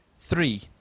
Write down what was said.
Three